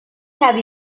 have